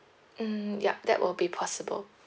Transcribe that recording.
mm yup that will be possible